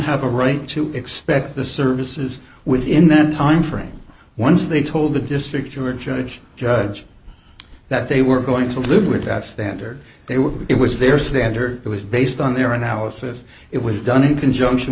have a right to expect the services within that timeframe once they told the district or a judge judge that they were going to live with that standard they were it was their standard it was based on their analysis it was done in conjunction